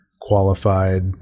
qualified